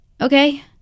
Okay